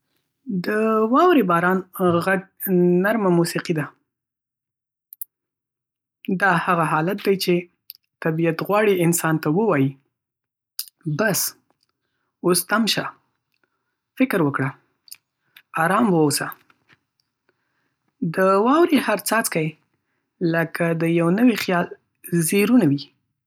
د واورې باران غږ نرمه موسیقي ده. دا هغه حالت دی چې طبیعت غواړي انسان ته ووایي: "بس، اوس تم شه، فکر وکړه، ارام واوسه." د واورې هر څاڅکی لکه د یوه نوي خیال زیرونه وي.